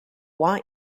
want